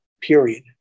period